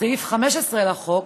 סעיף 15 לחוק,